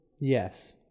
Yes